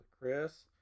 Chris